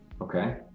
okay